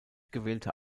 gewählter